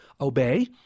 obey